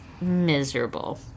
miserable